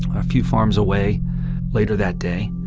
a few farms away later that day.